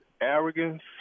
arrogance